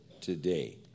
today